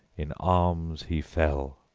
in arms he fell.